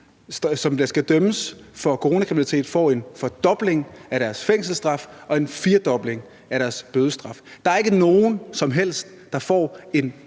der skal dømmes for coronakriminalitet, får en fordobling af deres fængselsstraf og en firedobling af deres bødestraf. Der er ikke nogen som helst af